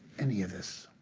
any of this.